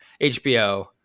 HBO